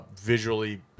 visually